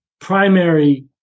primary